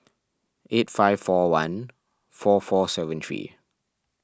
eight five four one four four seven three